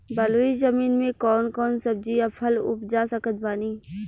बलुई जमीन मे कौन कौन सब्जी या फल उपजा सकत बानी?